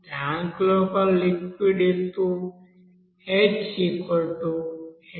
tank లోపల liquid ఎత్తు hh1